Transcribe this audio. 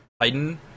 Titan